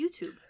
YouTube